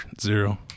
zero